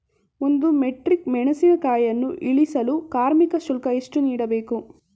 ಒಂದು ಮೆಟ್ರಿಕ್ ಮೆಣಸಿನಕಾಯಿಯನ್ನು ಇಳಿಸಲು ಕಾರ್ಮಿಕ ಶುಲ್ಕ ಎಷ್ಟು ನೀಡಬೇಕು?